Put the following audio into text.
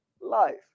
life